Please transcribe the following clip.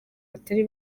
batari